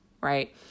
right